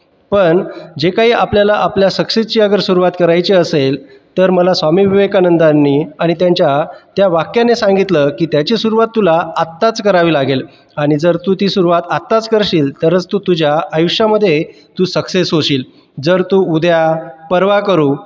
पण जे काही आपल्याला आपल्या सक्सेसची अगर सुरुवात करायची असेल तर मला स्वामी विवेकानंदांनी आणि त्यांच्या त्या वाक्याने सांगितलं की त्याची सुरुवात तुला आत्ताच करावी लागेल आणि जर तू ती सुरुवात आत्ताच करशील तरच तू तुझ्या आयुष्यामध्ये तू सक्सेस होशील जर तू उद्या परवा करू